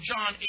John